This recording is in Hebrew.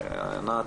ענת,